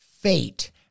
Fate